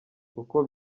kuko